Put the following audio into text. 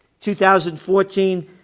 2014